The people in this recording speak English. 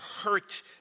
hurt